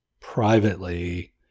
privately